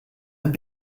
and